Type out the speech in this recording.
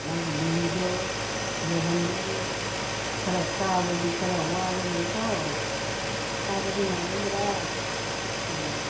ꯅꯪꯒꯤ ꯂꯤꯂꯤꯗꯣ ꯌꯦꯡꯍꯟꯒꯅꯤ ꯈꯔ ꯀꯥꯕꯗꯤ ꯈꯔ ꯋꯥꯒꯅꯤꯀꯣ ꯀꯥꯕꯗꯤ ꯉꯝꯒꯗ꯭ꯔꯥ ꯎꯝ